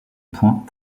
point